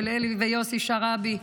של אלי ויוסי שרעבי,